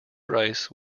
rice